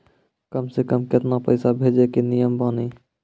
कम से कम केतना पैसा भेजै के नियम बानी?